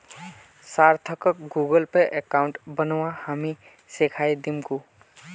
सार्थकक Google Pay account बनव्वा हामी सीखइ दीमकु